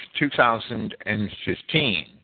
2015